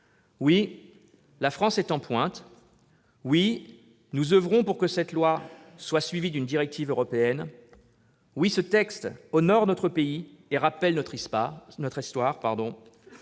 Oui, la France est en pointe ! Oui, nous oeuvrons pour que cette loi soit suivie d'une directive européenne ! Oui, ce texte honore notre pays et rappelle notre histoire